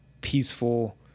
peaceful